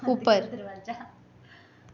उप्पर